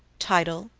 title,